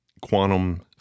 quantum